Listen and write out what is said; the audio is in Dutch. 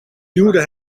duwde